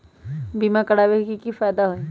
बीमा करबाबे के कि कि फायदा हई?